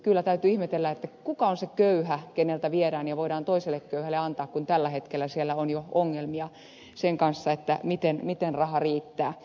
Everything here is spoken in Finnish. kyllä täytyy ihmetellä kuka on se köyhä keneltä viedään ja voidaan toiselle köyhälle antaa kun tällä hetkellä siellä on jo ongelmia sen kanssa miten raha riittää